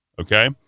okay